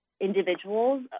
individuals